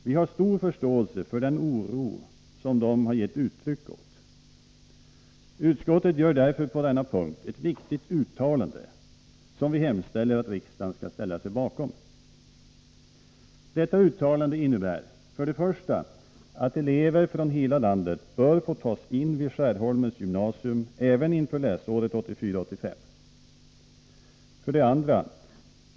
Vi har stor förståelse för den oro som de har gett uttryck för. Utskottet gör därför på denna punkt ett viktigt uttalande, som vi hemställer att riksdagen skall ställa sig bakom. Uttalandet innebär: 1. Elever från hela landet bör få tas in vid Skärholmens gymnasium även inför läsåret 1984/85. 2.